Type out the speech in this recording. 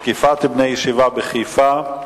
תקיפת בני ישיבה בחיפה.